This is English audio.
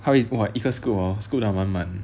how is what 一个 scoop hor scoop 到满满